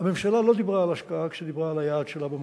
הממשלה לא דיברה על השקעה כשהיא דיברה על היעד שלה במקור.